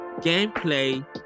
gameplay